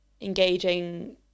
engaging